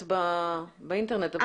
אתחיל בנושא הריסון שהתחלנו לדבר עליו.